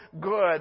good